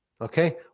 Okay